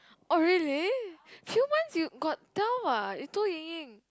oh really few month you got tell what you told Ying Ying